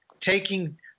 taking